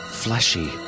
Fleshy